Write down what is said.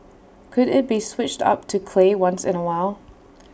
could IT be switched up to clay once in A while